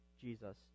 Jesus